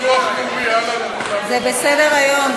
זה בסדר-היום.